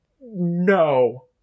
No